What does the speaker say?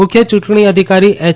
મુખ્ય ચૂંટણી અધિકારી એય